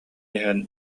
иһэн